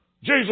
Jesus